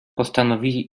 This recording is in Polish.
postanowili